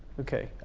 okay,